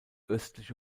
östliche